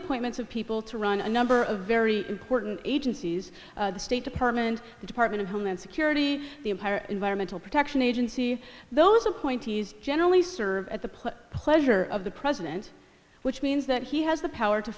appointments of people to run a number of very important agencies the state department the department of homeland security the entire environmental protection agency those appointees generally serve at the pleasure of the president which means that he has the power to